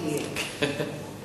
זה יהיה באיוב.